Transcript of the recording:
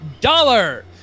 dollar